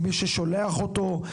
עם מי ששולח אותו,